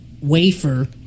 wafer